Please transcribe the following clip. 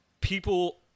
people